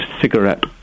cigarette